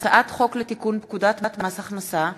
הצעת חוק לתיקון פקודת מס הכנסה (מס'